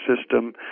system